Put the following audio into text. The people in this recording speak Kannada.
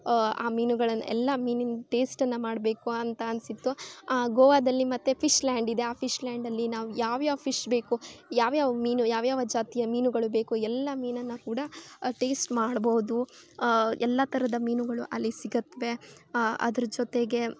ಆ ಮೀನುಗಳನ ಎಲ್ಲ ಮೀನಿನ ಟೇಸ್ಟನ್ನು ಮಾಡಬೇಕು ಅಂತ ಅನ್ನಿಸಿತ್ತು ಆ ಗೋವಾದಲ್ಲಿ ಮತ್ತು ಫಿಶ್ ಲ್ಯಾಂಡ್ ಇದೆ ಆ ಫಿಶ್ ಲ್ಯಾಂಡಲ್ಲಿ ನಾವು ಯಾವ್ಯಾವ ಫಿಶ್ ಬೇಕು ಯಾವ್ಯಾವ ಮೀನು ಯಾವ ಯಾವ ಜಾತಿಯ ಮೀನುಗಳು ಬೇಕು ಎಲ್ಲ ಮೀನನ್ನು ಕೂಡ ಟೇಸ್ಟ್ ಮಾಡ್ಬೋದು ಎಲ್ಲ ಥರದ ಮೀನುಗಳು ಅಲ್ಲಿ ಸಿಗುತ್ವೆ ಅದ್ರ ಜೊತೆಗೆ